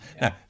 Now